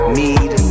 need